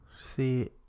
See